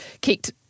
kicked